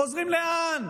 חוזרים לאן?